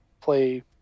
play –